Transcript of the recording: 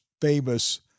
famous